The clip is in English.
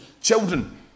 children